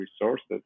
resources